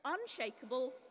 unshakable